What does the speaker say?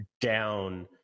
down